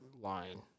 line